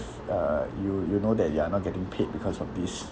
uh you you know that you are not getting paid because of this